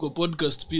podcast